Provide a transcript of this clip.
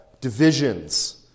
divisions